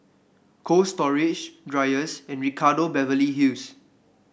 Cold Storage Dreyers and Ricardo Beverly Hills